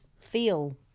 feel